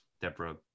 Deborah